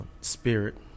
spirit